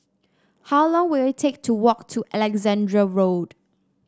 how long will it take to walk to Alexandra Road